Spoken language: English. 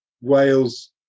Wales